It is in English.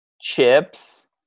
chips